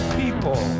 people